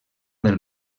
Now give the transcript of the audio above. del